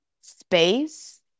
space